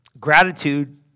gratitude